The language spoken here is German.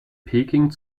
peking